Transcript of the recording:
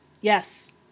yes